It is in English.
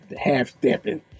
half-stepping